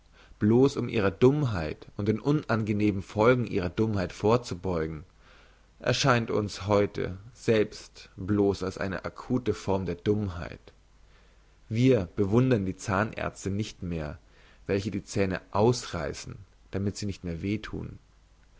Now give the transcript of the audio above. bloss um ihrer dummheit und den unangenehmen folgen ihrer dummheit vorzubeugen erscheint uns heute selbst bloss als eine akute form der dummheit wir bewundern die zahnärzte nicht mehr welche die zähne ausreissen damit sie nicht mehr weh thun